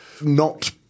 not-